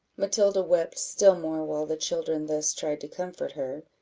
matilda wept still more while the children thus tried to comfort her.